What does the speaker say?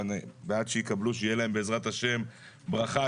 ועד שיקבלו שיהיה להם בעזרת ה' ברכה,